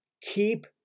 keep